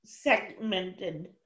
Segmented